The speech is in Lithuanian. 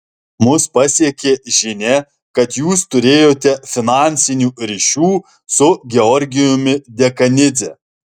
mus pasiekė žinia kad jūs turėjote finansinių ryšių su georgijumi dekanidze